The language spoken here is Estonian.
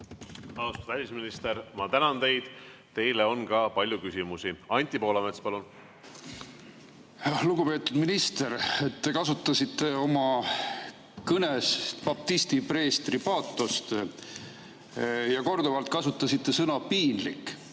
Austatud välisminister, ma tänan teid! Teile on ka palju küsimusi. Anti Poolamets, palun! Lugupeetud minister! Te kasutasite oma kõnes baptisti preestri paatost ja korduvalt kasutasite sõna "piinlik".